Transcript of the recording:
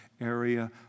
area